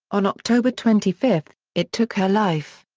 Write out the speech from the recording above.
on october twenty five, it took her life.